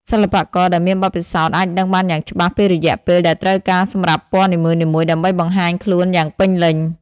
សិល្បករដែលមានបទពិសោធន៍អាចដឹងបានយ៉ាងច្បាស់ពីរយៈពេលដែលត្រូវការសម្រាប់ពណ៌នីមួយៗដើម្បីបង្ហាញខ្លួនយ៉ាងពេញលេញ។